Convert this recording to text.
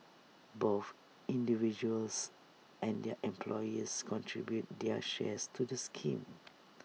both individuals and their employers contribute their shares to the scheme